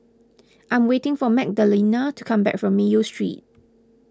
I am waiting for Magdalena to come back from Mayo Street